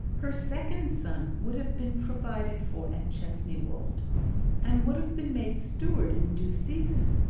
her second son would have been provided for at chesney wold and would have been made steward in due season,